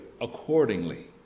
accordingly